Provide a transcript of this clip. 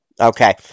Okay